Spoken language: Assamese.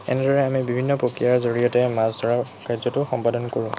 এনেদৰে আমি বিভিন্ন প্ৰক্ৰিয়াৰ জৰিয়তে মাছ ধৰা কাৰ্যটো সম্পাদন কৰোঁ